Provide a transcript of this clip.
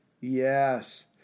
yes